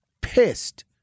pissed